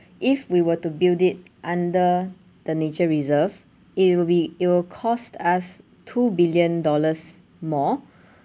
if we were to build it under the nature reserve it will be it will cost us two billion dollars more